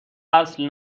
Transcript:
اصل